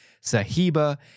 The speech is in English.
Sahiba